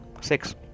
six